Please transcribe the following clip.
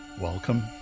Welcome